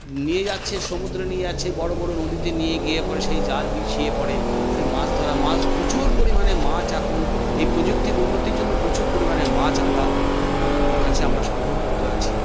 নিয়ে যাচ্ছে সমুদ্রে নিয়ে যাচ্ছে বড়ো বড়ো নদীতে নিয়ে গিয়ে পরে সেই জাল বিছিয়ে পরে সেই মাছ ধরা মাছ প্রচুর পরিমাণে মাছ এখন এই প্রযুক্তির উন্নতির জন্য প্রচুর পরিমাণে মাছ আমরা আমাদের কাছে আমরা সংগ্রহ করতে পারছি